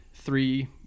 Three